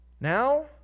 Now